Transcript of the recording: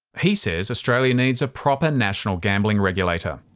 he says australia needs a proper national gambling regulator.